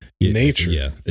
nature